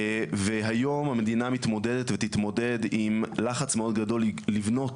והיום המדינה מתמודדת ותתמודד עם לחץ מאוד גדול לבנות